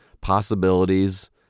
possibilities